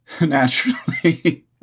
naturally